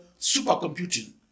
supercomputing